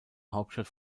hauptstadt